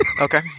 Okay